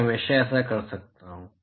मैं हमेशा ऐसा कर सकता हूं